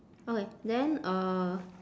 okay then uh